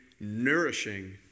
nourishing